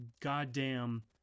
goddamn